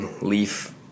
leaf